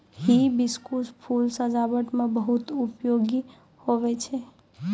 hibiscus फूल सजाबट मे बहुत उपयोगी हुवै छै